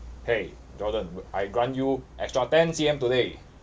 !hey! jordan I grant you extra ten C_M today